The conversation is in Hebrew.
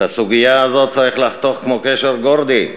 את הסוגיה הזאת צריך לחתוך כמו קשר גורדי.